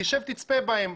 שב וצפה בזה.